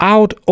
Out